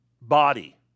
body